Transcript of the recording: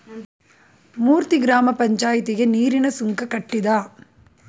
ಮೂರ್ತಿ ಗ್ರಾಮ ಪಂಚಾಯಿತಿಗೆ ನೀರಿನ ಸುಂಕ ಕಟ್ಟಿದ